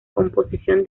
composición